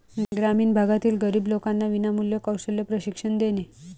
ग्रामीण भागातील गरीब लोकांना विनामूल्य कौशल्य प्रशिक्षण देणे